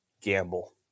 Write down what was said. Gamble